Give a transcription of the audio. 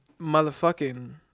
motherfucking